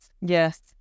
Yes